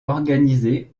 organisé